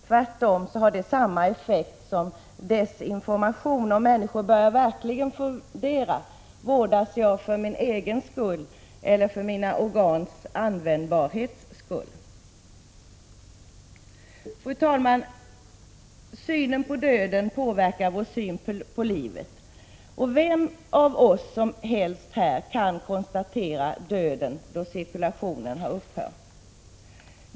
Tvärtom har det samma effekt som desinformation, och människor börjar verkligen fundera: Vårdas jag för min egen skull eller för mina organs användbarhets skull? Fru talman! Synen på döden påverkar vår syn på livet. Vem som helst av oss kan konstatera döden då cirkulationen har upphört.